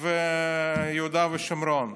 ויהודה ושומרון.